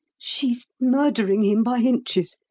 she's murdering him by inches,